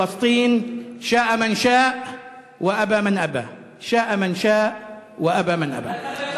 להלן תרגומם: אחד מגורי האריות שלנו או אחת מן הפרחים